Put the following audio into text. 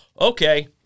Okay